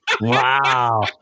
Wow